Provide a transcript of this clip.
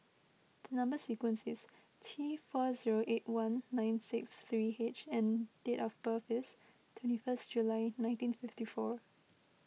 Number Sequence is T four zero eight one nine six three H and date of birth is twenty first July nineteen fifty four